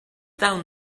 down